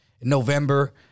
November